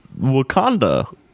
Wakanda